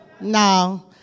No